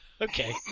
Okay